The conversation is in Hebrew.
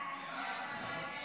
ההצעה להעביר